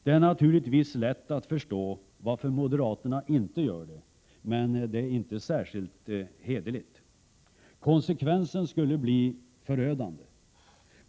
Det är naturligtvis lätt att förstå varför moderaterna inte gör det. Men deras agerande är inte särskilt hederligt. Konsekvenserna skulle bli förödande.